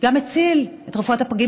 גם הציל את רפואת הפגים